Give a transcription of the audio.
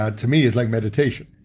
ah to me, is like meditation.